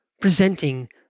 presenting